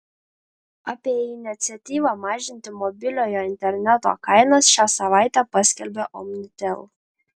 apie iniciatyvą mažinti mobiliojo interneto kainas šią savaitę paskelbė omnitel